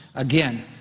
again,